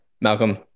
Malcolm